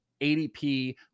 ADP